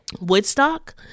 Woodstock